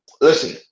Listen